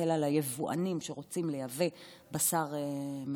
להקל על היבואנים שרוצים לייבא בשר מצונן.